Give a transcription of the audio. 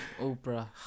Oprah